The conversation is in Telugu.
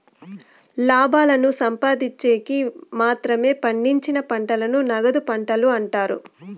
లాభాలను సంపాదిన్చేకి మాత్రమే పండించిన పంటలను నగదు పంటలు అంటారు